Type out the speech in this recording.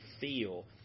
feel